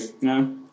No